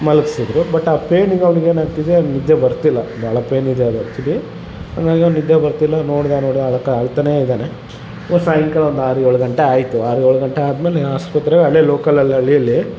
ಮಲಗ್ಸಿದ್ರು but ಆ ಪೇಯ್ನಿಗೆ ಅವ್ನಿಗೆ ಏನು ಆಗ್ತಿದೆ ನಿದ್ದೆ ಬರ್ತಿಲ್ಲ ಭಾಳ ಪೇಯ್ನ್ ಇದೆ ಅದು ಆ್ಯಕ್ಚುಲಿ ಅವನಿಗೆ ನಿದ್ದೆ ಬರ್ತಿಲ್ಲ ನೋಡ್ದೆ ನೋಡ್ದೆ ಅಳ್ಕ ಅಳ್ತನೇ ಇದಾನೆ ಇವತ್ತು ಸಾಯಂಕಾಲ ಒಂದು ಆರು ಏಳು ಗಂಟೆ ಆಯಿತು ಆರು ಏಳು ಗಂಟೆ ಆದಮೇಲೆ ಆಸ್ಪತ್ರೆಗೆ ಅಲ್ಲೇ ಲೋಕಲಲ್ಲಿ ಹಳ್ಳಿಯಲ್ಲಿ